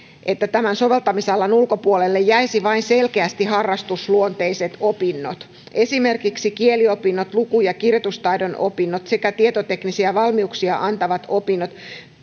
että tämän soveltamisalan ulkopuolelle jäisivät vain selkeästi harrastusluonteiset opinnot kieliopinnot luku ja kirjoitustaidon opinnot sekä tietoteknisiä valmiuksia antavat opinnot